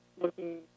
looking